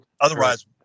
otherwise